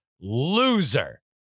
loser